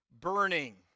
burning